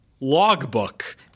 logbook